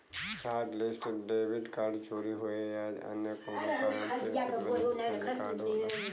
hotlist debit card चोरी होये या अन्य कउनो कारण से प्रतिबंधित किहल कार्ड होला